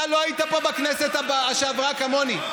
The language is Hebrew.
אתה לא היית פה בכנסת שעברה, כמוני.